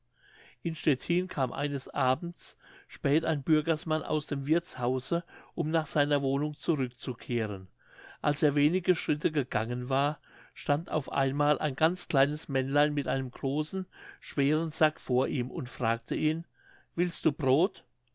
in stettin kam eines abends spät ein bürgersmann aus dem wirthshause um nach seiner wohnung zurückzukehren als er wenige schritte gegangen war stand auf einmal ein ganz kleines männlein mit einem großen schweren sack vor ihm und fragte ihn willst du brod